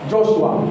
Joshua